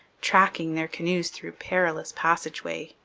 tracking their canoes through perilous passage-way,